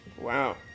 Wow